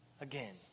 again